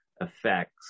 effects